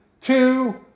Two